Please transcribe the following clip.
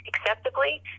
acceptably